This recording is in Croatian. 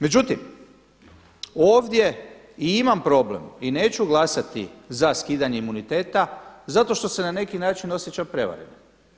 Međutim, ovdje i imam problem i neću glasati za skidanje imuniteta zato što se na neki način osjećam prevarenim.